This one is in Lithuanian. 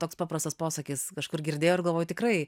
toks paprastas posakis kažkur girdėjau ir galvoju tikrai